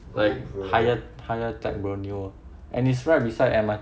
like higher higher type bro newer and it's right beside the M_R_T